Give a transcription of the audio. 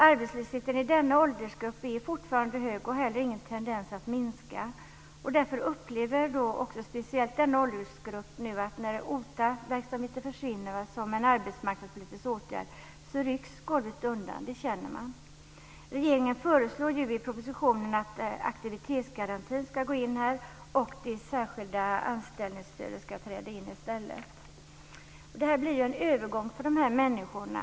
Arbetslösheten i denna åldersgrupp är fortfarande hög och visar inte på några tendenser att minska. Därför upplever speciellt denna åldersgrupp att golvet rycks undan när OTA-verksamheten försvinner som arbetsmarknadspolitisk åtgärd. Regeringen talar i propositionen om aktivitetsgarantin. Det särskilda anställningsstödet träder i stället in. Det här blir en övergång för de här människorna.